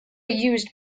used